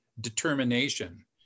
determination